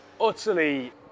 utterly